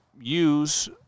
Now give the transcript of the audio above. use